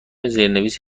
زیرنویس